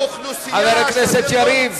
חבר הכנסת יריב.